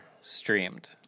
streamed